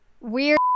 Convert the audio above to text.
weird